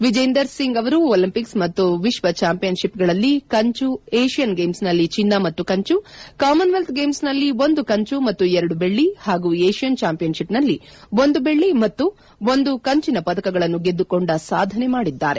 ವಿಜೇಂದರ್ ಸಿಂಗ್ ಅವರು ಒಲಿಂಪಿಕ್ಸ್ ಮತ್ತು ವಿಕ್ವ ಚಾಂಪಿಯನ್ಶಿಪ್ಗಳಲ್ಲಿ ಕಂಚು ಏಷ್ಠನ್ ಗೇಮ್ಸ್ನಲ್ಲಿ ಚಿನ್ನ ಮತ್ತು ಕಂಚು ಕಾಮನ್ವೆಲ್ತ್ ಗೇಮ್ನಲ್ಲಿ ಒಂದು ಕಂಚು ಮತ್ತು ಎರಡು ಬೆಳ್ಳಿ ಹಾಗೂ ಏಷ್ಟನ್ ಚಾಂಪಿಯನ್ಶಿಪ್ನಲ್ಲಿ ಒಂದು ಬೆಳ್ಳಿ ಮತ್ತು ಒಂದು ಕಂಚಿನ ಪದಕಗಳನ್ನು ಗೆದ್ದುಕೊಂಡ ಸಾಧನೆ ಮಾಡಿದ್ದಾರೆ